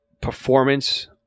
performance